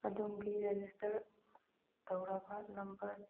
ꯑꯗꯣꯝꯒꯤ ꯔꯦꯖꯤꯁꯇꯔ ꯇꯧꯔꯕ ꯅꯝꯕꯔ